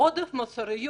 כשתקבלי אישור.